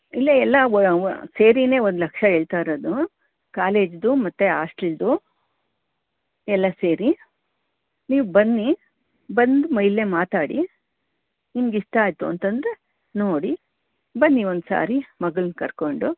ಇಲ್ಲ ಎಲ್ಲ ವ ವ ಸೇರಿಯೇ ಒಂದು ಲಕ್ಷ ಹೇಳ್ತಾಯಿರೋದು ಕಾಲೇಜಿದು ಮತ್ತೆ ಹಾಸ್ಟೆಲ್ದು ಎಲ್ಲ ಸೇರಿ ನೀವು ಬನ್ನಿ ಬಂದು ಮ ಇಲ್ಲೇ ಮಾತಾಡಿ ನಿಮಗಿಷ್ಟಾಯಿತು ಅಂತ ಅಂದ್ರೆ ನೋಡಿ ಬನ್ನಿ ಒಂದ್ಸರಿ ಮಗನ್ನ ಕರ್ಕೊಂಡು